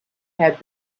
had